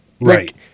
Right